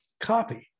copy